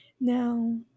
Now